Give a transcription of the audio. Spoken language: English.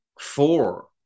four